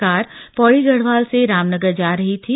car Pauri Garhwal से रामनगर जा रही थी